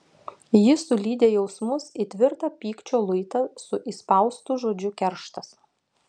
ji sulydė jausmus į tvirtą pykčio luitą su įspaustu žodžiu kerštas